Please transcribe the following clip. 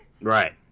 Right